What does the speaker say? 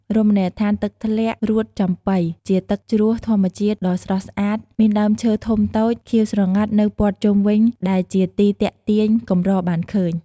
រមនីយដ្ឋានទឹកធ្លាក់រួតចំបុី ជាទឹកជ្រោះធម្មជាតិដ៏ស្រស់ស្អាត មានដើមឈើធំតូច ខៀវស្រងាត់នៅព័ទ្ធជុំវិញដែលជាទីទាក់ទាញកម្របានឃើញ។